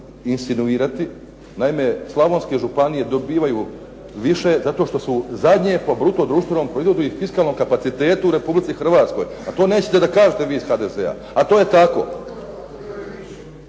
insinuirati, naime Slavonske županije dobivaju više zato što su zadnje po bruto-društvenom proizvodu i fiskalnom kapacitetu u Republici Hrvatskoj a to nećete da kažete vi iz HDZ-a a to je tako.